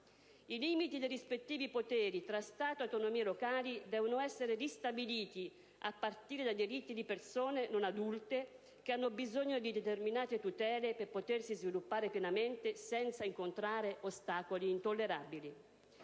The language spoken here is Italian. I limiti dei rispettivi poteri tra Stato e autonomie locali devono essere ristabiliti a partire dai diritti di persone non adulte che hanno bisogno di determinate tutele per potersi sviluppare pienamente, senza incontrare ostacoli intollerabili.